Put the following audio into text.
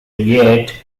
yet